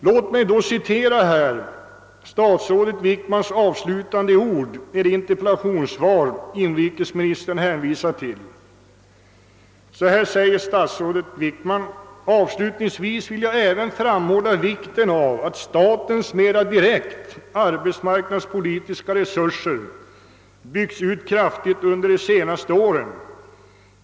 Låt mig citera statsrådet Wickmans avslutande ord i det interpellationssvar som inrikesministern hänvisar till: »Avslutningsvis vill jag även framhålla vikten av att statens mera direkt arbetsmarknadspolitiska resurser byggts ut kraftigt under de senaste åren.